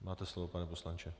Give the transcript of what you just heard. Máte slovo, pane poslanče.